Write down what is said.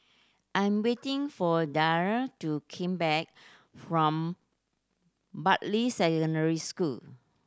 I'm waiting for Daryle to came back from Bartley Secondary School